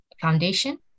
Foundation